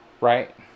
Right